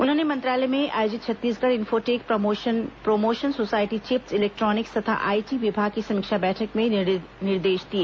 उन्होंने मंत्रालय में आयोजित Chhattisgarh infotech promotion society chips electronics तथा आई टी विभाग की समीक्षा बैठक में यह निर्देश दिए